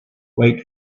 wait